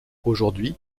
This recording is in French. aujourd’hui